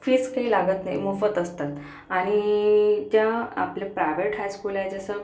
fees काही लागत नाही मोफत असतात आणि त्या आपल्या प्रायवेट हायस्कूल आहे जसं